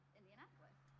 Indianapolis